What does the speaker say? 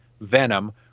Venom